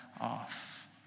off